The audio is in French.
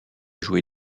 joué